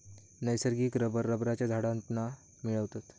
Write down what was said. नैसर्गिक रबर रबरच्या झाडांतना मिळवतत